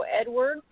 Edward